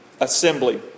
assembly